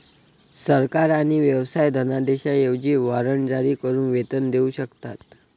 सरकार आणि व्यवसाय धनादेशांऐवजी वॉरंट जारी करून वेतन देऊ शकतात